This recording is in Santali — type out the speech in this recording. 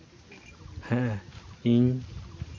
ᱦᱮᱸ ᱤᱧ